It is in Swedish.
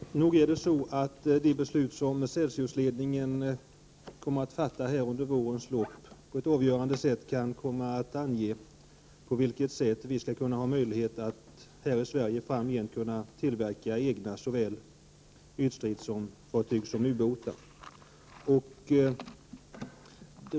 Herr talman! Nog är det så att det beslut som Celsiusledningen kommer att fatta under vårens lopp på ett avgörande sätt kan komma att ange hur vi skall ha möjlighet att här i Sverige framgent tillverka egna såväl ytstridsfartyg som ubåtar.